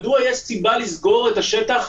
נוספת.